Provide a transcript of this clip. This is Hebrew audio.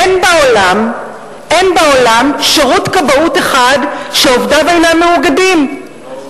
אין בעולם שירות כבאות אחד שעובדיו אינם מאוגדים,